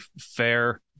fair